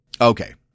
Okay